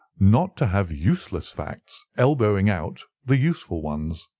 not to have useless facts elbowing out the useful ones.